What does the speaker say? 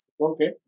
okay